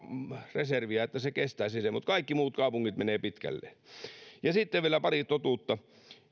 reserviä että se kestäisi sen mutta kaikki muut kaupungit menevät pitkälleen sitten vielä pari totuutta